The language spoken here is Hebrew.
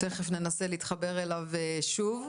תכף ננסה להתחבר אליו שוב,